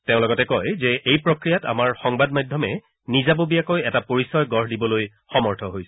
তেওঁ লগতে কয় যে এই প্ৰক্ৰিয়াত আমাৰ সংবাদ মাধ্যমে নিজাববীয়াকৈ এটা পৰিচয় গঢ় দিবলৈ সমৰ্থ হৈছে